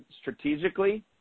strategically